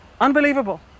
unbelievable